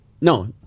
no